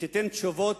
שתיתן תשובות,